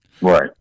Right